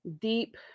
deep